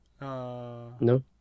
No